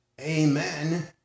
Amen